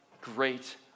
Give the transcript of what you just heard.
great